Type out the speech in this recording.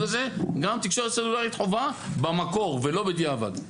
הזה גם תקשורת סלולרית חובה במקור ולא בדיעבד.